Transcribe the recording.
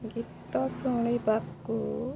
ଗୀତ ଶୁଣିବାକୁ